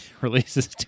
releases